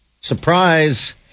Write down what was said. Surprise